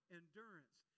endurance